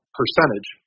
percentage